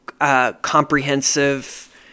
comprehensive